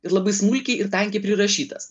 ir labai smulkiai ir tankiai prirašytas